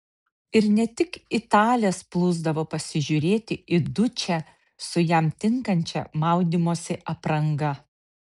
ir ne tik italės plūsdavo pasižiūrėti į dučę su jam tinkančia maudymosi apranga